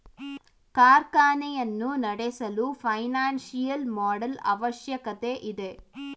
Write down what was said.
ಕಾರ್ಖಾನೆಯನ್ನು ನಡೆಸಲು financial model ಅವಶ್ಯಕತೆ ಇದೆ